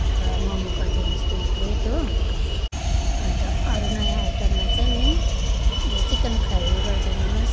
अन्त मोमो गरिदिनुहोस् दुई प्लेट हो अन्त अरू नयाँ आइटमा चाहिँ नि उयो चिकन फ्राई गरिदिनुहोस्